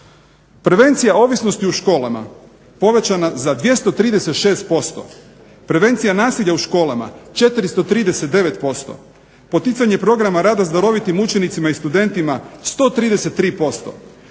Prevencija ovisnosti u školama povećana za 236%, prevencija nasilja u školama 439%, poticanje programa rada s darovitim učenicima i studentima 133%,